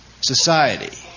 society